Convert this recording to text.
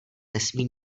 nesmí